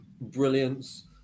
brilliance